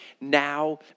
Now